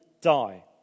die